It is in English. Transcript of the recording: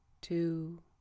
two